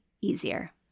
easier